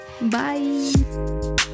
bye